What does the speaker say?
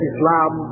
Islam